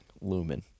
Lumen